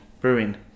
Brewing